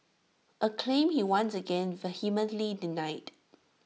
A claim he once again vehemently denied